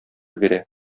бирә